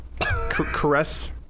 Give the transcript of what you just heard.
caress